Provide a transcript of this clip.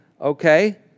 okay